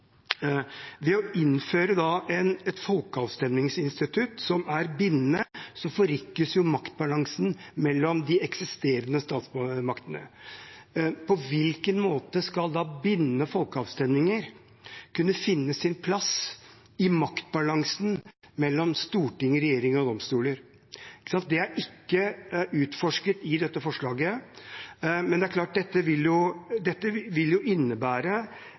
Ved å innføre et folkeavstemningsinstitutt som er bindende, forrykkes maktbalansen mellom de eksisterende statsmaktene. På hvilken måte skal da bindende folkeavstemninger kunne finne sin plass i maktbalansen mellom storting, regjering og domstoler? Det er ikke utforsket i dette forslaget, men det er klart at dette vil innebære at man på en måte rokker ved maktbalansen mellom disse tre statsmaktene. Dette er jo